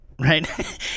Right